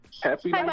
Happy